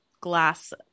glass